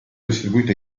distribuito